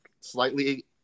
slightly